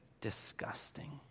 disgusting